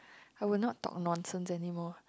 I will not talk nonsense anymore